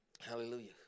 Hallelujah